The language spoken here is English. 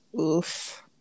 Oof